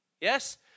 Yes